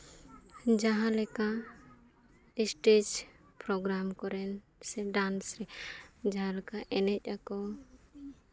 ᱡᱟᱦᱟᱸ ᱞᱮᱠᱟ stage programme ᱠᱚᱨᱮ ᱥᱮ ᱰᱮᱱᱥᱤᱝ ᱡᱟᱦᱟᱸ ᱞᱮᱠᱟ ᱮᱱᱮᱡ ᱟᱠᱚ